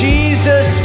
Jesus